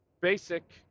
basic